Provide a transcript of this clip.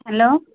hello